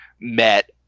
met